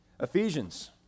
Ephesians